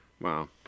Wow